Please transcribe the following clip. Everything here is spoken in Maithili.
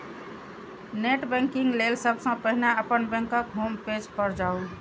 नेट बैंकिंग लेल सबसं पहिने अपन बैंकक होम पेज पर जाउ